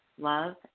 Love